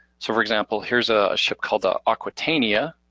so for example, here's a ship called the aquitania.